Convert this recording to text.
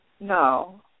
No